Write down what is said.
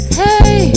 hey